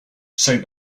saint